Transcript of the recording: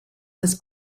was